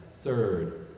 third